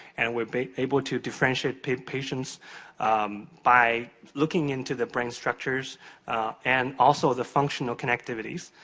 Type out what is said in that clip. and we're able to differentiate patients by looking into the brain structures and also the functional connectivities.